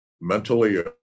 mentally